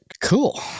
cool